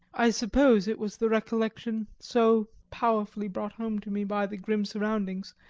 i suppose it was the recollection, so powerfully brought home to me by the grim surroundings,